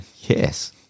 Yes